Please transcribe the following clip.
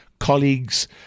Colleagues